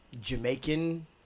Jamaican